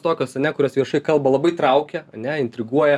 tokios ane kurios viešai kalba labai traukia ane intriguoja